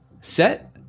set